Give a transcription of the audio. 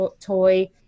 toy